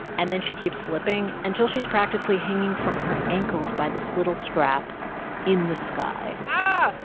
and then she keeps slipping until she's practically hanging from her ankles by this little strap in the sky um ah